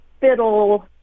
fiddle